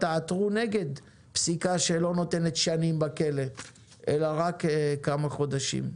תעתרו נגד פסיקה שלא נותנת שנים בכלא אלא רק כמה חודשים.